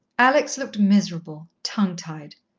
alex looked miserable, tongue-tied.